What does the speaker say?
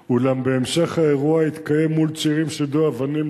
3. האירוע נבדק על-ידי קציני פיקוד המרכז,